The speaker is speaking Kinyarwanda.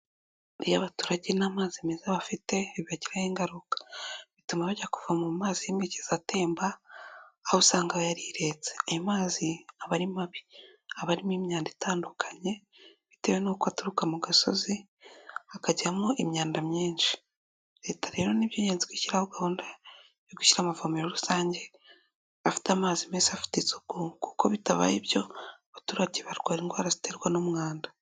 Iyo abaturage ntamazi meza bafite, bibagiraho ingaruka. Bituma bajya kuvoma mu mazi y'imigezi atemba, aho usanga yaritse. Ayomazi aba ari mabi. Aba arimo imyanda itandukanye, bitewe n'uko aturuka mu gasozi, akajyamo imyanda myinshi. Leta rero ni ibyingenzi gushyiraho gahunda yo gushyira amavomero rusange afite amazi meza, afite isuku, kuko bitabaye ibyo, abaturage barwara indwara ziterwa n'umwanda.